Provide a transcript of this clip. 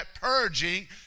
purging